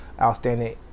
outstanding